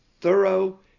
thorough